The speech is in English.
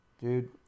dude